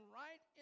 right